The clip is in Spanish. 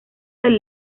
del